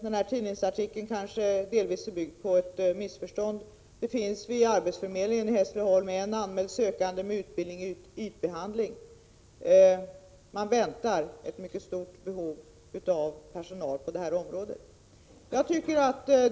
Denna tidningsartikel som Bo Lundgren citerade ur bygger delvis på ett missförstånd. Vid arbetsförmedlingen i Hässleholm finns det en anmäld sökande med utbildning i ytbehandling, och det förutses ett mycket stort behov av personal på detta område.